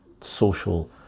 social